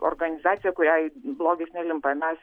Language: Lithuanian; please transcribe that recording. organizacija kuriai blogis nelimpa mes